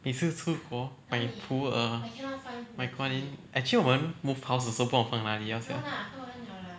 每次出国买普洱买观音 actually 我们 move house 的时候不懂放哪里 liao sia